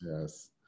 Yes